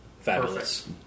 fabulous